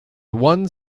one